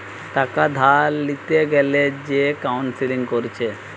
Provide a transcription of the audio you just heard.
টাকা ধার লিতে গ্যালে যে কাউন্সেলিং কোরছে